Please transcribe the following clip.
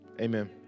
Amen